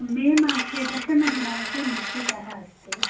मे मासे दशमदिनाङ्के निश्चितः अस्ति